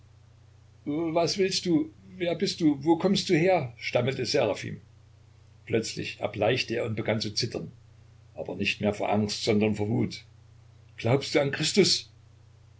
was willst du wer bist du wo kommst du her stammelte seraphim plötzlich erbleichte er und begann zu zittern aber nicht mehr vor angst sondern vor wut glaubst du an christus